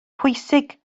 pwysig